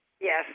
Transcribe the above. Yes